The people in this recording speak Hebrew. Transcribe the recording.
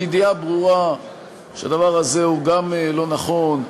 בידיעה ברורה שהדבר הזה הוא גם לא נכון,